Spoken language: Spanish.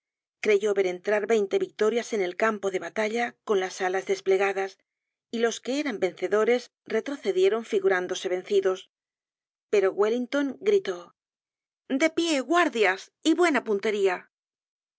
creyó ver entrar veinte victorias en el campo de batalla con las alas desplegadas y los que eran vencedores retrocedieron figurándose vencidos pero wellington gritó de pie guardias y buena puntería el